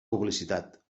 publicitat